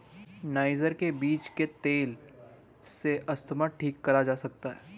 niger के बीज के तेल से अस्थमा ठीक करा जा सकता है